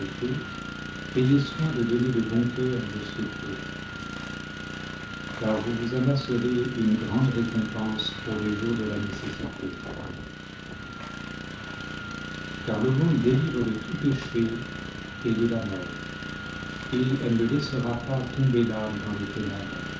ayez soin de donner de bon cœur de ce peu car vous vous amasserez une grande récompense pour le jour de la nécessité car l'aumône délivre de tout péché et de la mort et elle ne laissera pas tomber l'âme dans les ténèbres